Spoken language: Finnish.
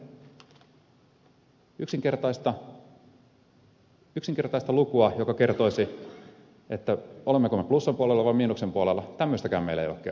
tämmöistäkään yksinkertaista lukua joka kertoisi olemmeko me plussan puolella vai miinuksen puolella meille ei ole kerrottu